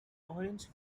orange